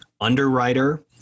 underwriter